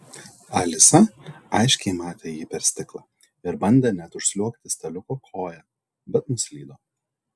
alisa aiškiai matė jį per stiklą ir bandė net užsliuogti staliuko koja bet nuslydo